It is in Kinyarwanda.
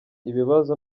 ibibazo